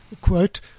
quote